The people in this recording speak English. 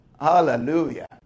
Hallelujah